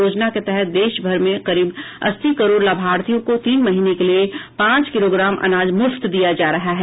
योजना के तहत देशभर में करीब अस्सी करोड़ लाभार्थियों को तीन महीने के लिए पांच किलोग्राम अनाज मुफ्त दिया जा रहा है